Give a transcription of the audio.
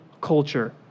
culture